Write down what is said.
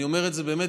אני אומר את זה באמת,